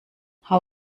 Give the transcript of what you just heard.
hau